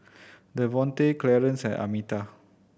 Davonte Clarence and Almeta